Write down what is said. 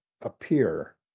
appear